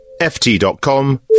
ft.com